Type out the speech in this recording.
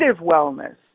wellness